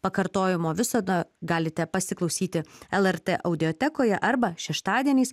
pakartojimo visada galite pasiklausyti lrt audiotekoje arba šeštadieniais